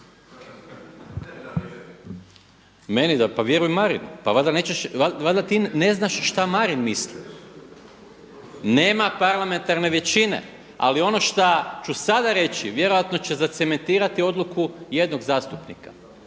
Meni da? Pa vjerujem Marinu. Pa valjda ti ne znaš šta Marin misli. Nema parlamentarne većine. Ali ono šta ću sada reći, vjerojatno će zacementirati odluku jednog zastupnika.